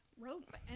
rope